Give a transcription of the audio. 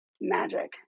magic